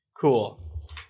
Cool